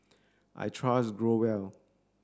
I trust Growell